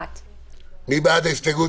1. מי בעד ההסתייגות?